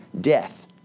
death